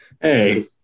Hey